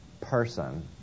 person